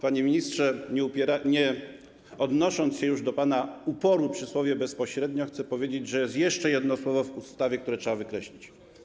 Panie ministrze, nie odnosząc się już do pana uporu dotyczącego słowa ˝bezpośrednio˝, chcę powiedzieć, że jest jeszcze jedno słowo w ustawie, które trzeba wykreślić.